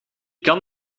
kan